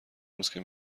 روزکه